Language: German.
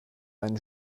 einen